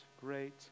great